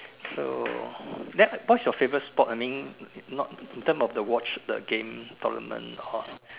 so then what is your favorite sport I mean not in term of the watch the game tournament or